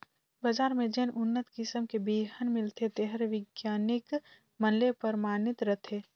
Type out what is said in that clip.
बजार में जेन उन्नत किसम के बिहन मिलथे तेहर बिग्यानिक मन ले परमानित रथे